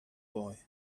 boy